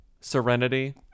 Serenity